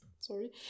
Sorry